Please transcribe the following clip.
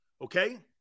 Okay